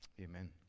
Amen